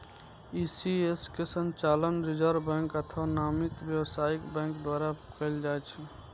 ECS के संचालन reserve bank अथवा नामित व्यावसायिक बैंक द्वारा कैल जाइ छै